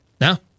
now